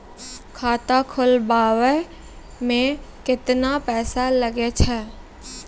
खाता खोलबाबय मे केतना पैसा लगे छै?